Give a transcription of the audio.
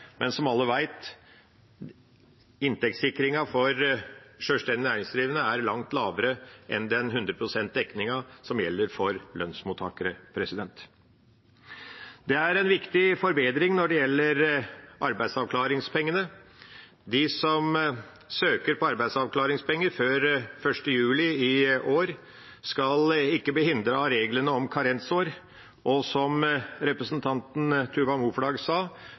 Men, som alle vet, inntektssikringen for sjølstendig næringsdrivende er langt lavere enn den 100 pst. dekningen som gjelder for lønnsmottakere. Det er en viktig forbedring når det gjelder arbeidsavklaringspengene. De som søker på arbeidsavklaringspenger før 1. juli i år, skal ikke blir hindret av reglene om karensår. Og som representanten Tuva Moflag sa,